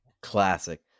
classic